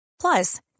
Plus